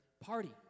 party